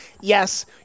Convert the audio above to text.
yes